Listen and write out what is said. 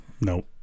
Nope